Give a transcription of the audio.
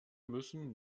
müssen